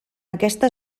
aquesta